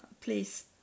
please